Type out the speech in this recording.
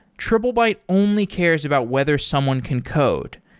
triplebyte only cares about whether someone can code.